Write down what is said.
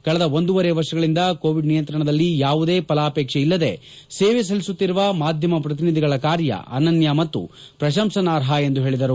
ಕಳೆದ ಒಂದೂವರೆ ವರ್ಷಗಳಿಂದ ಕೋವಿಡ್ ನಿಯಂತ್ರಣದಲ್ಲಿ ಯಾವುದೇ ಥಲಾಪೇಕ್ಷೆ ಇಲ್ಲದೆ ಸೇವೆ ಸಲ್ಲಿಸುತ್ತಿರುವ ಮಾಧ್ಯಮ ಪ್ರತಿನಿಧಿಗಳ ಕಾರ್ಯ ಅನನ್ಯ ಮತ್ತು ಪ್ರಶಂಸಾರ್ಹವಾಗಿದೆ ಎಂದು ಹೇಳಿದರು